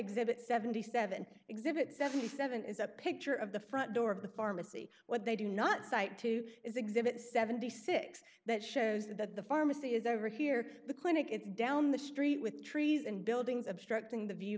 exhibit seventy seven exhibit seventy seven is a picture of the front door of the pharmacy what they do not cite to is exhibit seventy six that shows that the pharmacy is over here the clinic it's down the street with trees and buildings obstructing the view